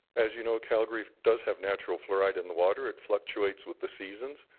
as you know, calgary does have natural fluoride in the water. it fluctuates with the seasons.